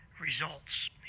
results